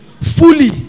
fully